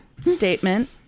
statement